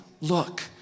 look